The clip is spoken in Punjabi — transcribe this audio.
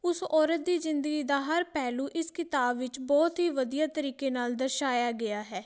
ਉਸ ਔਰਤ ਦੀ ਜ਼ਿੰਦਗੀ ਦਾ ਹਰ ਪਹਿਲੂ ਇਸ ਕਿਤਾਬ ਵਿੱਚ ਬਹੁਤ ਹੀ ਵਧੀਆ ਤਰੀਕੇ ਨਾਲ ਦਰਸਾਇਆ ਗਿਆ ਹੈ